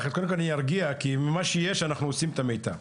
ארגיע ואומר שבמה שיש אנחנו עושים את המיטב.